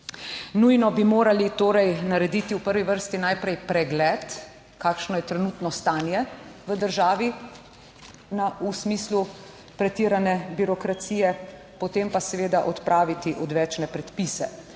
Nujno bi morali torej narediti v prvi vrsti najprej pregled, kakšno je trenutno stanje v državi v smislu pretirane birokracije, potem pa seveda odpraviti odvečne predpise.